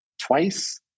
twice